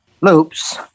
loops